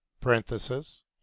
parenthesis